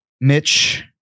Mitch